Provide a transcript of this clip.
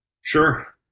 Sure